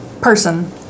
person